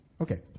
Okay